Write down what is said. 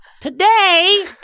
today